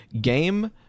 Game